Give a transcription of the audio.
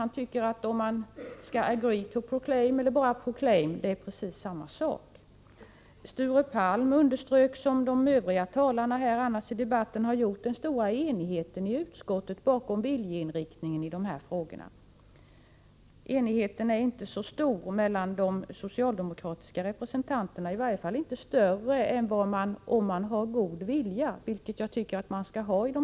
Han tycker att det är precis samma sak att ”agree to proclaim” som att endast ”proclaim”. Sture Palm underströk, som övriga talare i debatten har gjort, den stora enigheten i utskottet bakom viljeinriktningen i dessa frågor. Men enigheten är tydligen inte så stor mellan de socialdemokratiska representanterna, i varje fall inte större än den som man kan läsa in i hela utskottsbetänkandet, inkl.